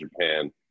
Japan